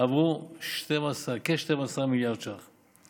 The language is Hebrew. הועברו כ-12 מיליארד ש"ח.